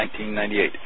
1998